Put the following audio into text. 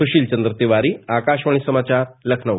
सुशील चन्द्र तिवारी आकाशवाणी समाचार लखनऊ